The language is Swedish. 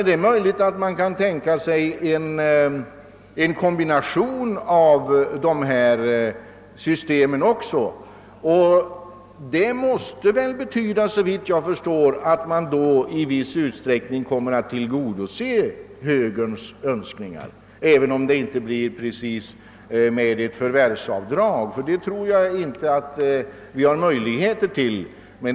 Det är möjligt att man kan tänka sig en kombination av dessa system, och det måste såvitt jag förstår betyda att man i viss utsträckning tillgodoser högerns önskemål, även om det inte blir genom ett förvärvsavdrag, ty det tror jag inte att vi har möjlighet att införa.